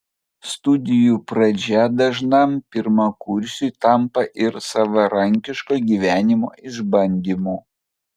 studijų pradžia dažnam pirmakursiui tampa ir savarankiško gyvenimo išbandymu